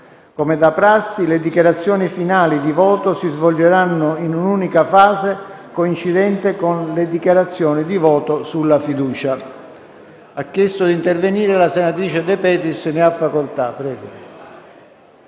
Come da prassi, le dichiarazioni finali di voto si svolgeranno in un'unica fase, coincidente con le dichiarazioni di voto sulla fiducia.